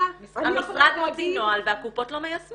המשרד מוציא נוהל והקופות לא מיישמות.